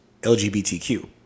LGBTQ